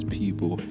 people